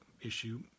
issue